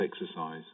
exercise